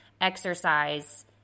exercise